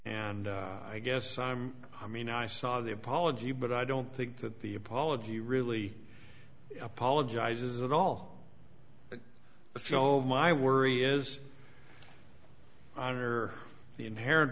and i guess i'm i mean i saw the apology but i don't think that the apology really apologizes at all but so my worry is honor the inherent